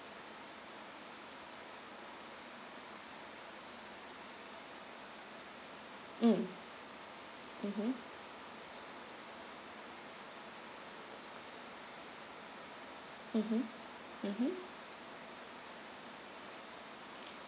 mm mmhmm mmhmm mmhmm